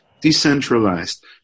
decentralized